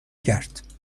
کرد